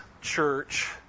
church